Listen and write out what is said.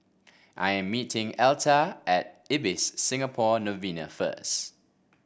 I am meeting Elta at Ibis Singapore Novena first